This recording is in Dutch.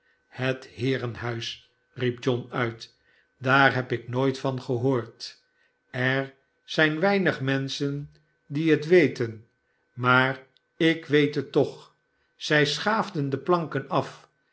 het heerenhuis riep john uit daar heb ik nooit van gehoord er zijn weinig menschen die het weten maar ik weet het toch zij schaafden de planken af